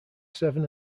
seven